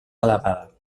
elevada